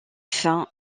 fin